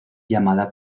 llamada